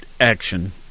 action